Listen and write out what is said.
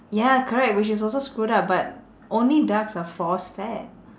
ya correct which is also screwed up but only ducks are force fed